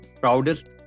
proudest